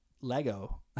lego